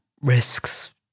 risks